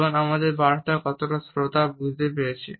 যেমন আমাদের বার্তা কতটা শ্রোতা বুঝতে পেরেছে